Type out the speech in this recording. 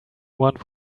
want